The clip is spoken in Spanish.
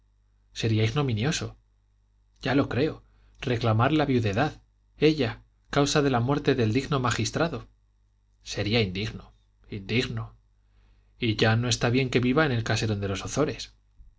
sería ignominioso ya lo creo reclamar la viudedad ella causa de la muerte del digno magistrado sería indigno indigno y ya no está bien que viva en el caserón de los